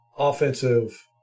Offensive